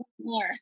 more